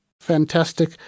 Fantastic